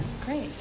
Great